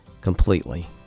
completely